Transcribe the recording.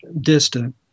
distant